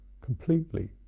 completely